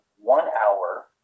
one-hour